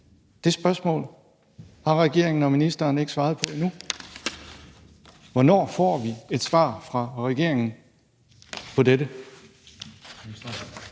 Det spørgsmål har regeringen og ministeren ikke svaret på endnu. Hvornår får vi et svar fra regeringen på dette?